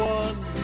one